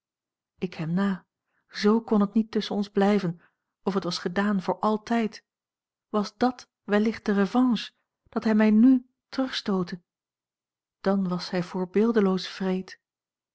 ik hem na z kon het niet tusschen ons blijven of het was gedaan voor altijd was dàt wellicht de revanche dat hij mij n terugstootte dan was zij voorbeeldeloos wreed